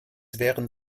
während